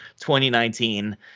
2019